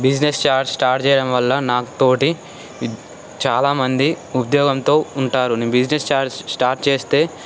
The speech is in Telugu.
బిజినెస్ స్టార్ట్ స్టార్ట్ చేయడం వల్ల నాకు తోటి చాలా మంది ఉద్యోగంతో ఉంటారు అని బిజినెస్ ఛార్జ్ స్టార్ట్ చేస్తే